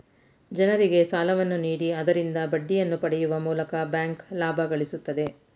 ಜನರಿಗೆ ಸಾಲವನ್ನು ನೀಡಿ ಆದರಿಂದ ಬಡ್ಡಿಯನ್ನು ಪಡೆಯುವ ಮೂಲಕ ಬ್ಯಾಂಕ್ ಲಾಭ ಗಳಿಸುತ್ತದೆ